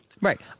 Right